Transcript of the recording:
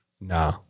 No